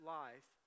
life